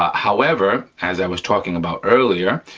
however, as i was talking about earlier,